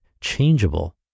changeable